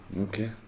Okay